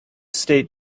state